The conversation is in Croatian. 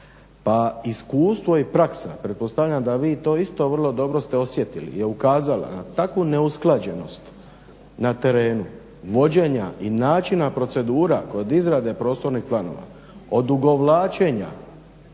Pa iskustvo i praksa pretpostavljam da vi to isto vrlo dobro ste osjetili, je ukazala na takvu neusklađenost na terenu vođenja i načina procedura kod izrade prostornih planova, odugovlačenja,